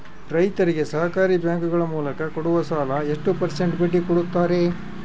ರೈತರಿಗೆ ಸಹಕಾರಿ ಬ್ಯಾಂಕುಗಳ ಮೂಲಕ ಕೊಡುವ ಸಾಲ ಎಷ್ಟು ಪರ್ಸೆಂಟ್ ಬಡ್ಡಿ ಕೊಡುತ್ತಾರೆ?